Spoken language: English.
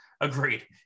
Agreed